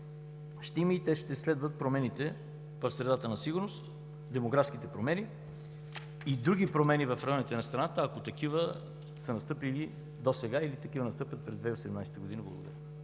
ще има и те ще следват промените в средата на сигурност, демографските промени и други промени в районите на страната, ако такива са настъпили досега, или ще настъпят през 2018 г. Благодаря.